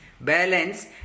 balance